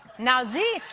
now, this.